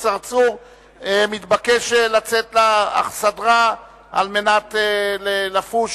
צרצור מתבקש לצאת לאכסדרה על מנת לפוש,